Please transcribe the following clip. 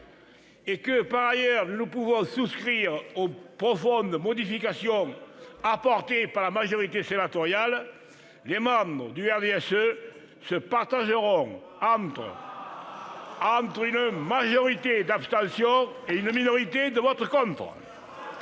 ne peut, par ailleurs, souscrire aux profondes modifications adoptées par la majorité sénatoriale, ses membres se partageront entre une majorité d'abstentions et une minorité de votes contre.